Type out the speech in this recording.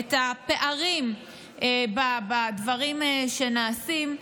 את הפערים בדברים שנעשים.